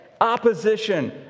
opposition